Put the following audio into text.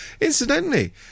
Incidentally